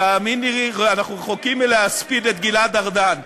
תאמין לי, אנחנו רחוקים מלהספיד את גלעד ארדן.